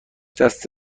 دست